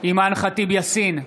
אימאן ח'טיב יאסין,